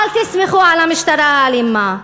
אל תסמכו על המשטרה האלימה,